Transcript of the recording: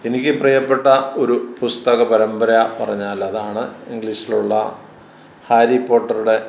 എനിക്ക് പ്രിയപ്പെട്ട ഒരു പുസ്തക പരമ്പര പറഞ്ഞാൽ അതാണ് ഇംഗ്ലീഷിലുള്ള ഹാരി പോട്ടറുടെ